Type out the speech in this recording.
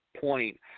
point